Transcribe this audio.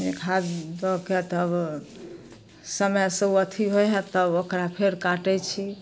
खाद दऽ कऽ तब समयसँ ओ अथी होइ हइ तब ओकरा फेर काटै छी